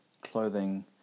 clothing